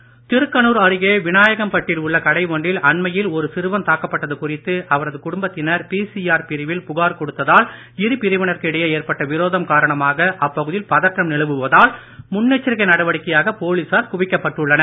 பதற்றம் திருக்கனூர் அருகே விநாயகம் பட்டில் உள்ள கடை ஒன்றில் அண்மையில் ஒரு சிறுவன் தாக்கப் பட்டது குறித்து அவரது குடும்பத்தினர் பிசிஆர் பிரிவில் புகார் கொடுத்ததால் இரு பிரிவினருக்கு இடையே ஏற்பட்ட விரோதம் காரணமாக அப்பகுதியில் பதற்றம் நிலவுவதால் முன்னெச்சரிக்கை நடவடிக்கையாக போலீசார் குவிக்கப்பட்டுள்ளனர்